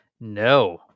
No